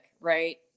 right